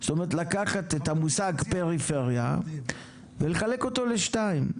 זאת אומרת לקחת את המושג פריפריה ולחלק אותו לשניים.